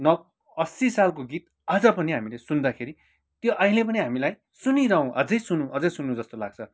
अस्सी सालको गीत आज पनि हामीले सुन्दाखेरि त्यो अहिले पनि हामीलाई सुनिरहूँ अझै सुनु अझै सुनु जस्तो लाग्छ